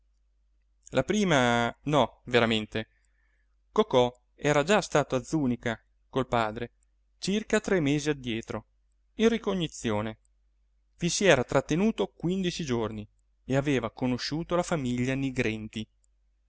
la prima no veramente cocò era già stato a zùnica col padre circa tre mesi addietro in ricognizione vi si era trattenuto quindici giorni e aveva conosciuto la famiglia nigrenti